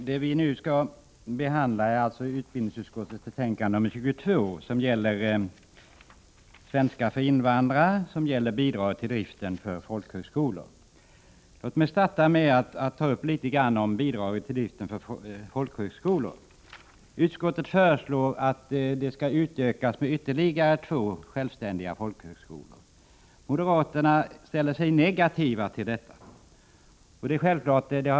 Herr talman! Vi behandlar nu utbildningsutskottets betänkande 22 som gäller undervisning för invandrare i svenska språket och bidrag till driften av folkhögskolor. Låt mig börja med den senare frågan. Utskottet föreslår en utökning med två självständiga folkhögskolor. Moderaterna ställer sig negativa till detta förslag.